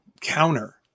counter